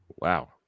Wow